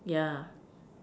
yeah